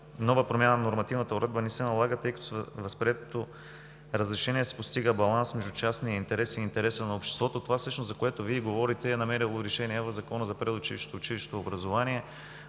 нова промяна на нормативната уредба не се налага, тъй като с възприетото разрешение се постига баланс между частния интерес и интереса на обществото. Това всъщност, за което Вие говорите, е намерило решение в Закона за предучилищното и училищното образование.